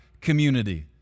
community